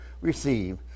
receive